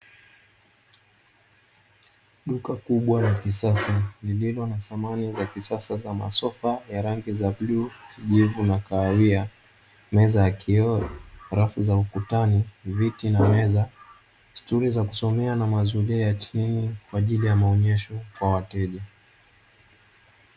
Duka kubwa la kisasa lililo na samani za kisasa kama ; Sofa ya rangi za kijivu bluu na kahawia, Meza ya kioo, rafu za ukutani, viti na Meza , stuli za kusomea na mazuria ya chini kwa ajili ya maonyesho kwa wateja.